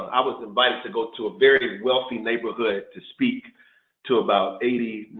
i was invited to go to a very wealthy neighborhood to speak to about eighty,